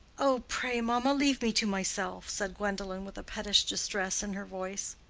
oh, pray, mamma, leave me to myself, said gwendolen, with a pettish distress in her voice.